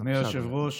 אדוני היושב-ראש,